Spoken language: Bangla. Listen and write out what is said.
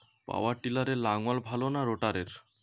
পাওয়ার টিলারে লাঙ্গল ভালো না রোটারের?